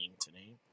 today